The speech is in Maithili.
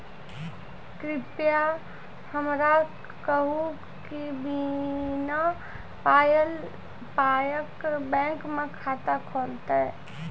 कृपया हमरा कहू कि बिना पायक बैंक मे खाता खुलतै?